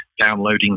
Downloading